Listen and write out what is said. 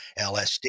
LSD